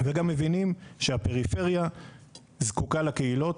וגם מבינים שהפריפריה זקוקה לקהילות,